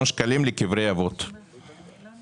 כבר אמרתי מי בעד.